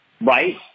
Right